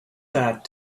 that